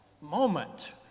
moment